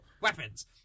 weapons